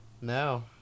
no